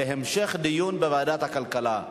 לוועדת הכלכלה נתקבלה.